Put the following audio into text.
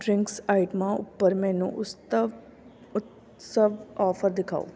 drinks ਆਇਟਮਾਂ ਉੱਪਰ ਮੈਨੂੰ ਉਸਤਵ ਉਤਸਵ ਅੋਫ਼ਰ ਦਿਖਾਓ